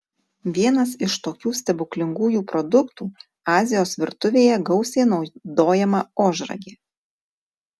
vienas iš tokių stebuklingųjų produktų azijos virtuvėje gausiai naudojama ožragė